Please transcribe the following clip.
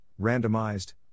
Randomized